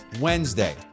wednesday